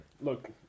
Look